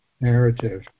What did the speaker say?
narrative